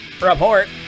report